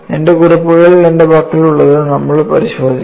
എന്റെ കുറിപ്പുകളിൽ എന്റെ പക്കലുള്ളത് നമ്മൾ പരിശോധിക്കും